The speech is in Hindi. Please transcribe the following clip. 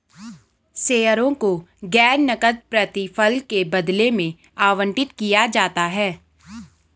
शेयरों को गैर नकद प्रतिफल के बदले में आवंटित किया जाता है